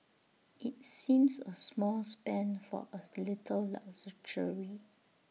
IT seems A small spend for A little luxury